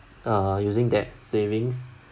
uh using that savings